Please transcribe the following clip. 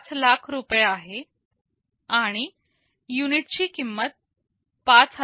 5 लाख रुपये आहे आणि युनिट ची किंमत Rs